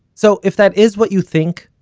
so if that is what you think,